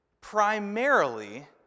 primarily